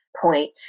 point